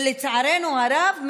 ולצערנו הרב,